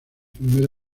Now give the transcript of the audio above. primera